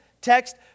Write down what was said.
text